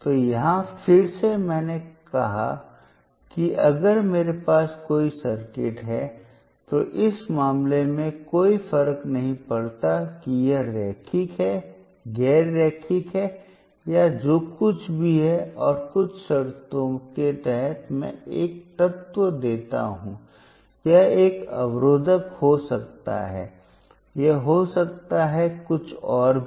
तो यहाँ फिर से मैंने कहा कि अगर मेरे पास कोई सर्किट है तो इस मामले में कोई फर्क नहीं पड़ता कि यह रैखिक है गैर रेखीय या जो कुछ भी है और कुछ शर्तों के तहत मैं एक तत्व देता हूं यह एक अवरोधक हो सकता है यह हो सकता है कुछ और भी